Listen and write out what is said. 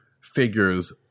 figures